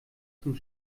zum